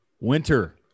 Winter